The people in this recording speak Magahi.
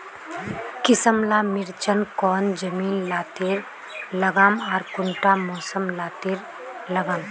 किसम ला मिर्चन कौन जमीन लात्तिर लगाम आर कुंटा मौसम लात्तिर लगाम?